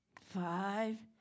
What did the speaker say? five